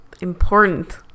important